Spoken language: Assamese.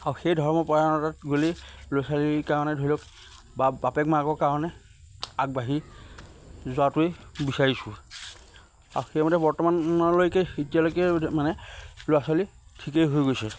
আৰু সেই ধৰ্মপৰায়ণতাত গ'লে ল'ৰা ছোৱালীৰ কাৰণে ধৰি লওক বা বাপেক মাকৰ কাৰণে আগবাঢ়ি যোৱাটোৱে বিচাৰিছোঁ আৰু সেইমতে বৰ্তমানলৈকে এতিয়ালৈকে মানে ল'ৰা ছোৱালী ঠিকেই হৈ গৈছে